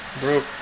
Broke